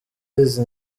izi